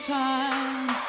time